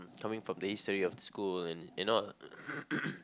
coming from the history of the school and and not